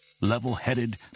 level-headed